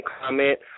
comment